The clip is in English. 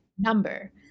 number